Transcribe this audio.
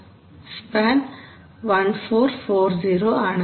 span 1440 ആണ്